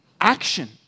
action